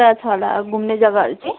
उता छ होला घुम्ने जगाहरू चाहिँ